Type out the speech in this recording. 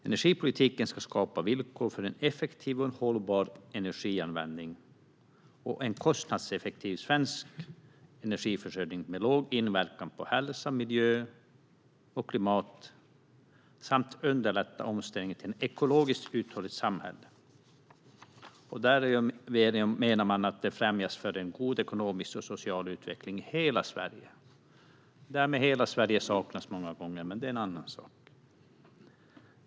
Energipolitiken ska skapa villkor för en effektiv och hållbar energianvändning och en kostnadseffektiv svensk energiförsörjning med låg inverkan på hälsa, miljö och klimat samt underlätta omställningen till ett ekologiskt uthålligt samhälle. Man menar att det främjar en god ekonomisk och social utveckling i hela Sverige. Det där med hela Sverige saknas många gånger, men det är en annan sak.